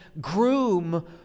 groom